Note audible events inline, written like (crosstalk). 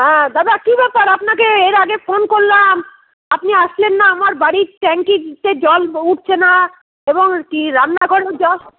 হ্যাঁ দাদা কি ব্যাপার আপনাকে এর আগে ফোন করলাম আপনি আসলেন না আমার বাড়ির ট্যাংকিতে জল উঠছে না এবং কি রান্নাঘরেও (unintelligible)